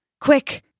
Quick